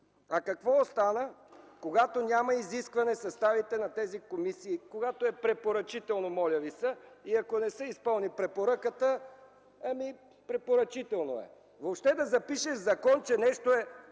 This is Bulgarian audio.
а какво остава, когато няма изискване за съставите на тези комисии, когато е „препоръчително”, моля ви се! И ако не се изпълни препоръката, ами... „препоръчително е”. Въобще в закон да запишеш, че нещо е